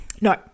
no